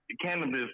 cannabis